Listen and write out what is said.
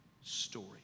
story